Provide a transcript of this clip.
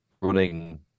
running